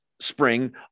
spring